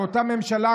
מאותה ממשלה,